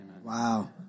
Wow